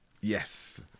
yes